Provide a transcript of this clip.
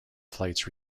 flights